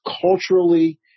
culturally